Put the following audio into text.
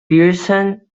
pearson